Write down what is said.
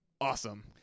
awesome